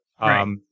right